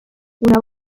una